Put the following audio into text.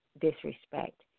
Disrespect